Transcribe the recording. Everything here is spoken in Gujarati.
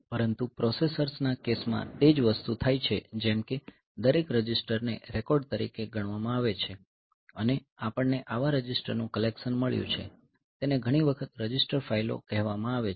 પરંતુ પ્રોસેસર્સ ના કેસ માં તે જ વસ્તુ થાય છે જેમ કે દરેક રજિસ્ટર ને રેકોર્ડ તરીકે ગણવામાં આવે છે અને આપણને આવા રજિસ્ટરનું કલેક્શન મળ્યું છે તેને ઘણી વખત રજિસ્ટર ફાઇલો કહેવામાં આવે છે